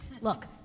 Look